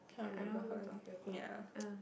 I I don't know who you're talking about uh